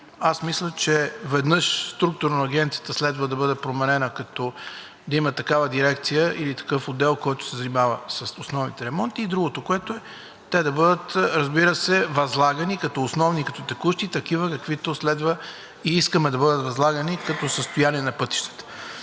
аз мисля, че, веднъж, структурно Агенцията следва да бъде променена, като има такава дирекция или такъв отдел, който се занимава с основните ремонти. Другото, което е, те да бъдат възлагани като основни и като текущи, такива каквито следва и искаме да бъдат възлагани като състояние на пътищата.